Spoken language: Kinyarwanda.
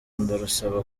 ndarusaba